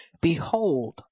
Behold